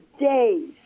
days